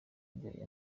uryoheye